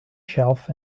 shelf